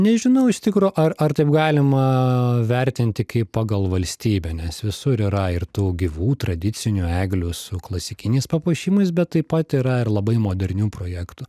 nežinau iš tikro ar ar taip galima vertinti kaip pagal valstybę nes visur yra ir tų gyvų tradicinių eglių su klasikiniais papuošimais bet taip pat yra ir labai modernių projektų